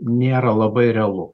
nėra labai realu